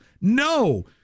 No